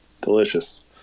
delicious